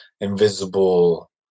invisible